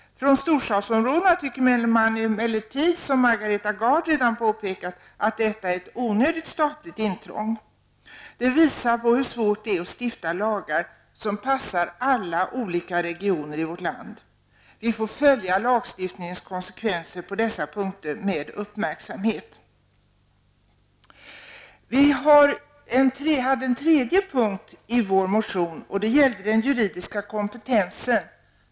Från storstadsområderna tycker man emellertid, som Margareta Gard redan påpekat, att detta är ett onödigt statligt intrång. Det visar hur svårt det är att stifta lagar som passar alla olika regioner i vårt land. Vi får följa lagstiftningens konsekvenser på dessa punkter med uppmärksamhet. Vi hade en tredje punkt i vår motion. Det gäller den juridiska kompetensen.